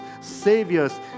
saviors